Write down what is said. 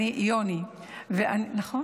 יוני, נכון?